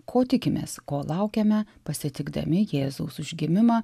ko tikimės ko laukiame pasitikdami jėzaus užgimimą